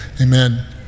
amen